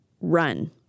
run